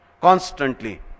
constantly